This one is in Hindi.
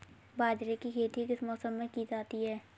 बाजरे की खेती किस मौसम में की जाती है?